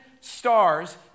stars